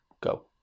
go